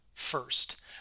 first